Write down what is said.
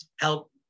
help